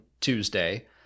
Tuesday